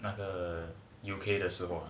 那个 U_K 的时候